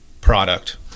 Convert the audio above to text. product